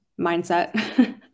mindset